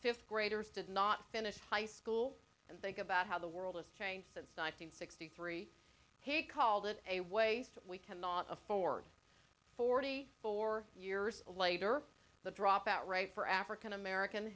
fifth graders did not finish high school and think about how the world has changed since nine hundred sixty three he called it a waste we cannot afford forty four years later the dropout rate for african american